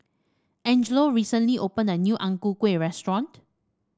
Angelo recently opened a new Ang Ku Kueh restaurant